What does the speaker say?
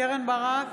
קרן ברק,